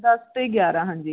ਦਸ ਅਤੇ ਗਿਆਰਾਂ ਹਾਂਜੀ